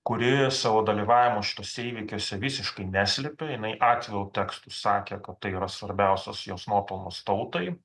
kuri savo dalyvavimų šituose įvykiuose visiškai neslėpė jinai atviru tekstu sakė kad tai yra svarbiausias jos nuopelnas tautai